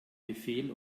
befehl